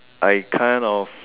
I kind of